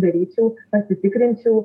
daryčiau pasitikrinčiau